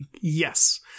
yes